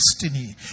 destiny